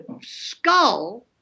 skull